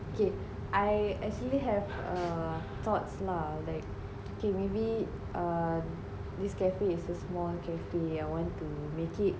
okay I actually have err thoughts lah like okay maybe this cafe is the small cafe I want to make it